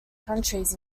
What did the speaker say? countries